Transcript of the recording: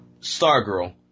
Stargirl